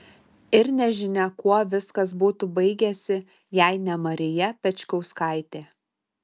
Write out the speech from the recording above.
ir nežinia kuo viskas būtų baigęsi jei ne marija pečkauskaitė